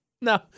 no